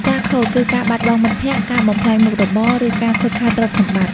ការ "ខូច" គឺការបាត់បង់មិត្តភ័ក្ដិ ការបំផ្លាញមុខរបរ ឬការខូចខាតទ្រព្យសម្បត្តិ។